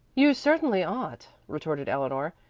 you certainly ought, retorted eleanor.